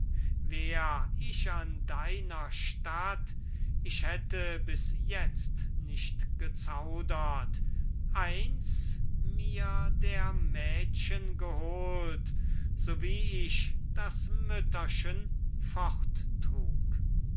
wär ich an deiner statt ich hätte bis jetzt nicht gezaudert eins mir der mädchen geholt so wie ich das mütterchen